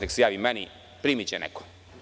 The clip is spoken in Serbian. Neka se javi meni, primiće je neko.